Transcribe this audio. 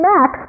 Max